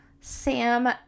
sam